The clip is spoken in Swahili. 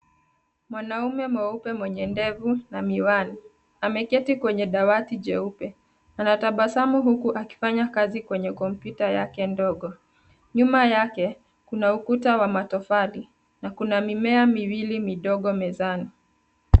Mwanaume mweupe mwenye ndevu na miwani ameketi kwenye dawati jeupe, anatabasamu huku akifanya kazi kwenye kompyuta yake ndogo. Nyuma yake kuna ukuta wa matofali na kuna mimea miwili midogo mezani.